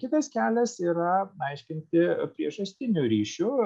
kitas kelias yra aiškinti priežastiniu ryšiu